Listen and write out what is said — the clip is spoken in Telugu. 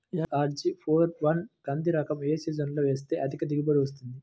ఎల్.అర్.జి ఫోర్ వన్ కంది రకం ఏ సీజన్లో వేస్తె అధిక దిగుబడి వస్తుంది?